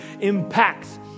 impacts